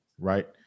Right